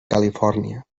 califòrnia